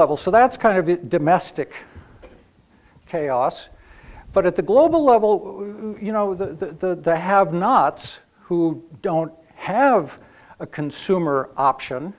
level so that's kind of the domestic chaos but at the global level you know the have nots who don't have a consumer option